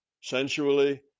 sensually